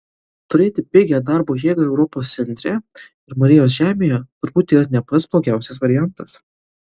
turėti pigią darbo jėgą europos centre ir marijos žemėje turbūt yra ne pats blogiausias variantas